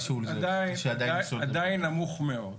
הוא עדיין נמוך מאוד.